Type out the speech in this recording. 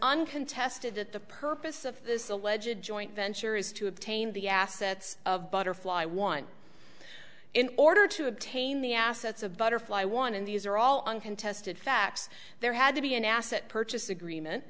uncontested that the purpose of this alleged joint venture is to obtain the assets of butterfly one in order to obtain the assets of butterfly one and these are all uncontested facts there had to be an asset purchase agreement